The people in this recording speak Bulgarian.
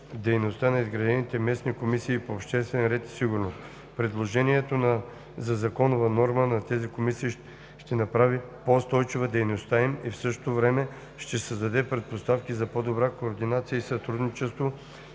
дейността на изградените местни комисии по обществен ред и сигурност. Предложението за законова норма за тези комисии ще направи по-устойчива дейността им и в същото време ще създаде предпоставки за по-добра координация и сътрудничество